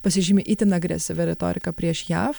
pasižymi itin agresyvia retorika prieš jav